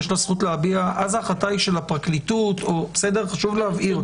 אז ההחלטה היא של הפרקליטות, וחשוב להבהיר את זה.